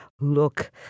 look